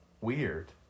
weird